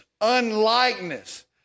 unlikeness